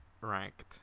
ranked